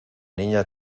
niña